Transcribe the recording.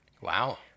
Wow